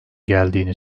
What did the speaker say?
geldiğini